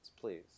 please